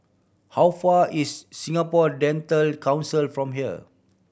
how far is Singapore Dental Council from here